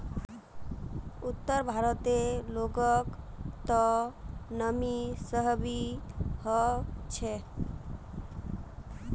उत्तर भारतेर लोगक त नमी सहबइ ह छेक